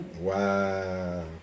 Wow